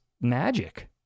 magic